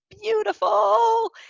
beautiful